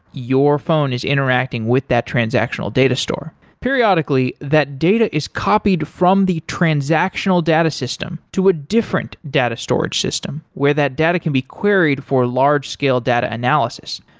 your phone is interacting with that transactional data store. periodically, that data is copied from the transactional data system to a different data storage system where that data can be queried for large-scale data analysis.